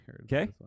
Okay